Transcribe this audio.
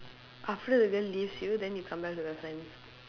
after the girl leaves you then you come back to the friends